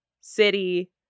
city